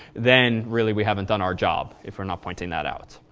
then really, we haven't done our job for not pointing that out.